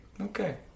Okay